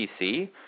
PC